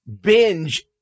binge